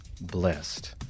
blessed